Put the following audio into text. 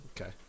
okay